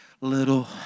little